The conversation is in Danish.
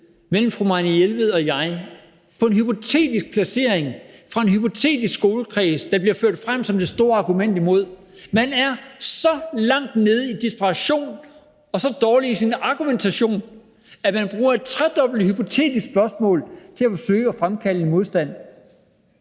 mellem fru Marianne Jelved og mig om en hypotetisk placering foreslået af en hypotetisk skolekreds, der bliver ført frem som det store argument imod det. Man er så langt nede i sin desperation og så dårlig i sin argumentation, at man bruger et tredobbelt hypotetisk spørgsmål til at forsøge at fremkalde en modsætning.